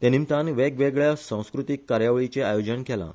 ते निमतान वेगवेगळ्या संस्कृतीक कार्यावळीचें आयोजन केलां